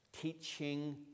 teaching